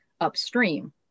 upstream